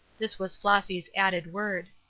this was flossy's added word.